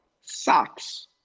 socks